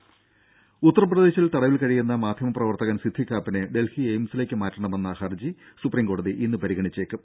ദേദ ഉത്തർപ്രദേശിൽ തടവിൽ കഴിയുന്ന മാധ്യമപ്രവർത്തകൻ സിദ്ധിക് കാപ്പനെ ഡൽഹി എയിംസിലേക്ക് മാറ്റണമെന്ന ഹർജി സുപ്രീംകോടതി ഇന്ന് പരിഗണിച്ചേക്കും